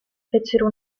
fecero